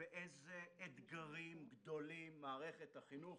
מול אילו אתגרים גדולים מערכת החינוך